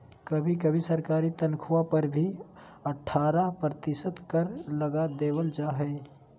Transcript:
कभी कभी सरकारी तन्ख्वाह पर भी अट्ठारह प्रतिशत कर लगा देबल जा हइ